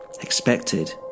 expected